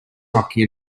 hockey